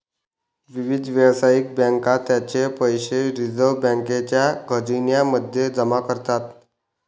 विविध व्यावसायिक बँका त्यांचे पैसे रिझर्व बँकेच्या खजिन्या मध्ये जमा करतात